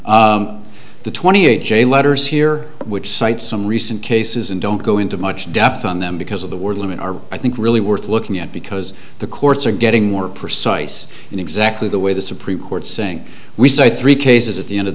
engine the twenty eight j letters here which cites some recent cases and don't go into much depth on them because of the word women are i think really worth looking at because the courts are getting more precise in exactly the way the supreme court saying we cite three cases at the end of